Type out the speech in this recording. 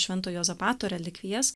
švento juozapato relikvijas